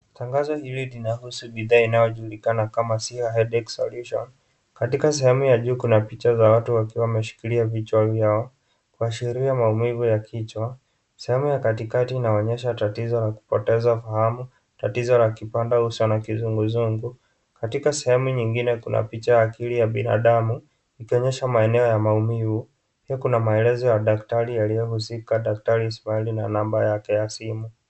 Tangazo hili linahusu bidhaa inayojulikana kama Siha Headache solution. Katika sehemu ya juu kuna picha za watu wakiwa wameshikilia vichwa vyao kuashiria maumivu ya kichwa. Sehemu ya katikati inaonyesha tatizo la kupoteza fahamu, tatizo la kupanda uso na kizunguzungu. Katika sehemu nyingine kuna picha ya akili ya binadamu ikionyesha maeneo ya maumivu. Pia kuna maelezo ya daktari aliyehusika daktari Ismail na namba yake ya simu.